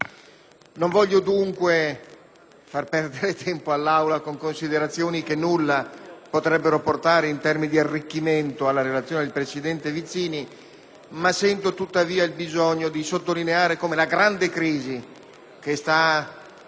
Non voglio dunque far perdere tempo all'Aula con considerazioni che nulla potrebbero portare in termini di arricchimento alla relazione del presidente Vizzini; sento tuttavia il bisogno di sottolineare come la grande crisi che sta facendo